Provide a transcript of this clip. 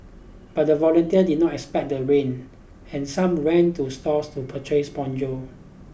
but the volunteers did not expect the rain and some ran to stores to purchase ponchos